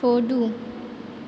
छोड़ू